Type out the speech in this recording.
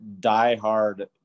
diehard